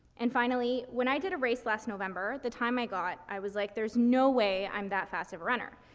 and finally, when i did a race last november, the time i got, i was like there's no way i'm that fast of a runner.